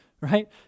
right